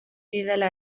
didala